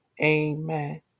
amen